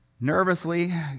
Nervously